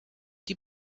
die